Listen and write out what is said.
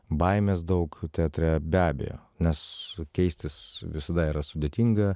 baimės daug teatre be abejo nes keistis visada yra sudėtinga